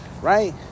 Right